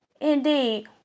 Indeed